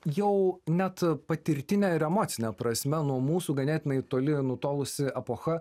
jau net patirtine ir emocine prasme nuo mūsų ganėtinai toli nutolusi epocha